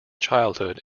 childhood